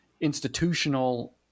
institutional